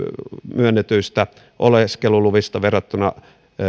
myönnetyistä oleskeluluvista verrattuina